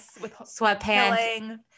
Sweatpants